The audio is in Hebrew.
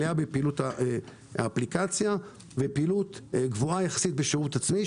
עלייה בפעילות האפליקציה ופעילות גבוהה יחסית בשירות עצמי,